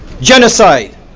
genocide